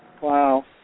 Wow